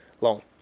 long